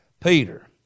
Peter